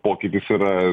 pokytis yra